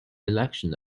election